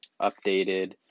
updated